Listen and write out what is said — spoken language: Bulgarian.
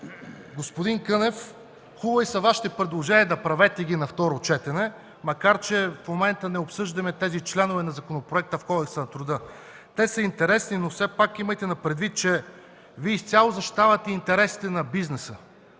господин Кънев, хубави са Вашите предложения, направете ги на второ четене, макар че в момента не обсъждаме тези членове на законопроекта – за промени в Кодекса на труда. Те са интересни, но все пак имайте предвид, че Вие изцяло защитавате интересите на бизнеса,